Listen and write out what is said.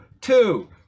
Two